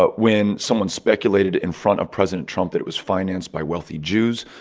but when someone speculated in front of president trump that it was financed by wealthy jews,